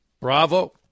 bravo